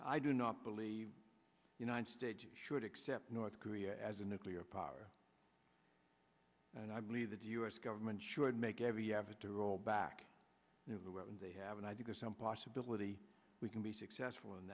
i do not believe united states should accept north korea as a nuclear power and i believe that the u s government should make every effort to roll back the weapons they have and i think of some possibility we can be successful in